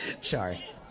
Sorry